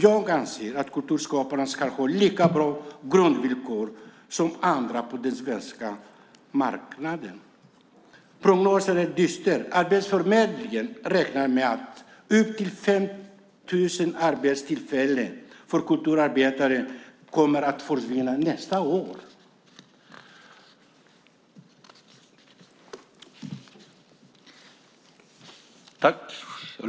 Jag anser att kulturskaparna ska ha lika bra grundvillkor som andra på den svenska marknaden. Prognosen är dyster. Arbetsförmedlingen räknar med att upp till 5 000 arbetstillfällen för kulturarbetare kommer att försvinna nästa år.